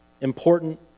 important